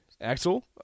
Axel